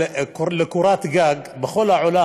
לקורת גג, בכל העולם.